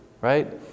right